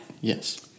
Yes